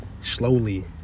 slowly